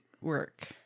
work